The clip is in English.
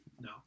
No